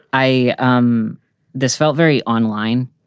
i. um this felt very online.